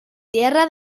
tierra